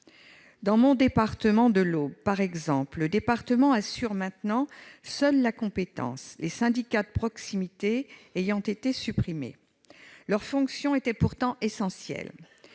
Dans mon département de l'Aube, par exemple, le département assure maintenant seul la compétence, les syndicats de proximité ayant été supprimés. Leur fonction était pourtant essentielle.